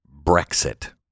Brexit